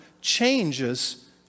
changes